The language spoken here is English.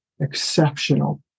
exceptional